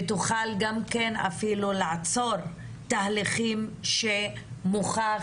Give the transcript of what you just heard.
ותוכל אפילו גם לעצור תהליכים שמוכח